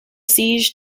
siege